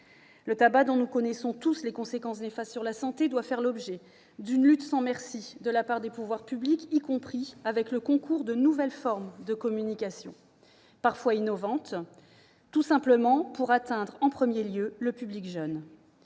Le tabac, dont nous connaissons tous les conséquences néfastes sur la santé, doit faire l'objet d'une lutte sans merci de la part des pouvoirs publics, y compris avec le concours de nouvelles formes de communication, parfois innovantes, tout simplement pour atteindre en premier lieu le public jeune.